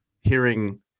hearing